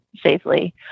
safely